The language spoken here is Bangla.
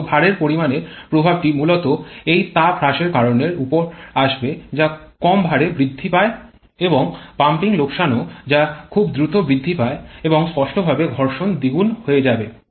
এবং ভারের পরিমাণের প্রভাবটি মূলত এই তাপ হ্রাসের কারণের উপর আসবে যা কম ভারএ বৃদ্ধি পায় এবং পাম্পিং লোকসানও যা খুব দ্রুত বৃদ্ধি পায় এবং স্পষ্টভাবে ঘর্ষণ দ্বিগুণ হয়ে যাবে